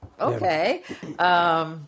okay